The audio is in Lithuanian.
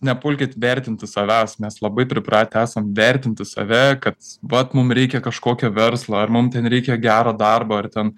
nepulkit vertinti savęs mes labai pripratę esam vertinti save kad vat mum reikia kažkokio verslo ar mum ten reikia gero darbo ar ten